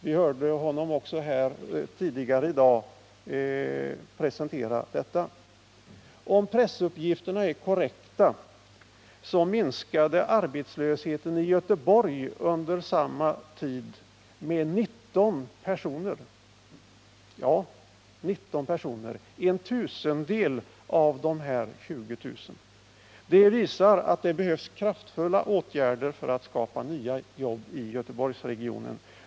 Vi hörde honom tidigare i dag presentera dessa siffror. Om pressuppgifterna är korrekta, minskade arbetslösheten i Göteborg med 19 personer, dvs. en tusendel av de 20 000. Detta 38 visar att det behövs kraftfulla åtgärder för att skapa nya jobb i Göteborgsre gionen.